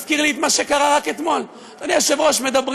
ומי שעובר על